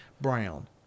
brown